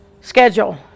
schedule